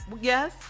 yes